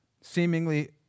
seemingly